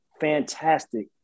fantastic